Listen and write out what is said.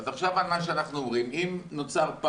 עושים בכלל שנה שנייה.